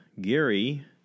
Gary